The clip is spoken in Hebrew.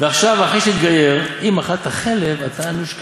ועכשיו, אחרי שהתגייר, אם אכלת חלב, אתה ענוש כרת,